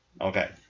Okay